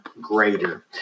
greater